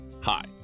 Hi